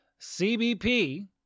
CBP